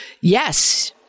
yes